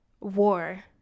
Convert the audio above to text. war